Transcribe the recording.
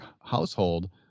household